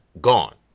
gone